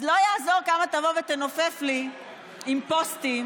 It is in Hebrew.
אז לא יעזור כמה תבוא ותנופף לי עם פוסטים